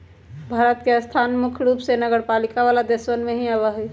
भारत के स्थान मुख्य रूप से नगरपालिका वाला देशवन में ही आवा हई